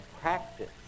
practice